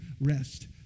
rest